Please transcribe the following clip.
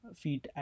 feet